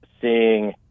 seeing